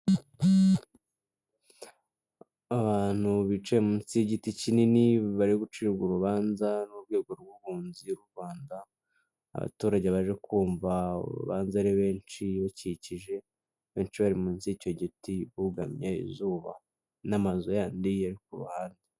Abantu bicaye munsi y'igiti kinini bari guciribwa urubanza n'urwego rw'ubunzi mu Rwanda, abaturage baje kumva uru rubanza ari benshi bakikije benshi bari munsi y'icyo giti bugamye izuba n'amazu yandi yo ku ruhande.